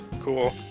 Cool